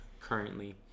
currently